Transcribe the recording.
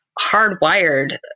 hardwired